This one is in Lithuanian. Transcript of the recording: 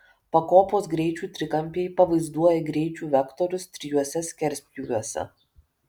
pakopos greičių trikampiai pavaizduoja greičių vektorius trijuose skerspjūviuose